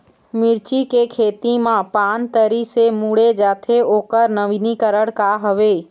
मिर्ची के खेती मा पान तरी से मुड़े जाथे ओकर नवीनीकरण का हवे?